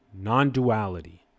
non-duality